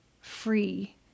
free